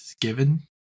given